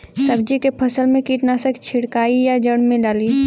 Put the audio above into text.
सब्जी के फसल मे कीटनाशक छिड़काई या जड़ मे डाली?